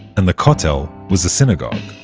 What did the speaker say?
and the kotel was a synagogue.